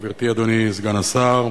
גברתי, אדוני סגן השר.